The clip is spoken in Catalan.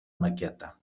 maqueta